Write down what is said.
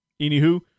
Anywho